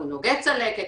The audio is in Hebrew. נוגד צלקת,